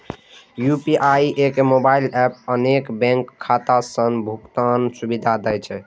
UPI एके mobile app मे अनेक बैंकक खाता सं भुगतान सुविधा दै छै